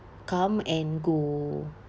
come and go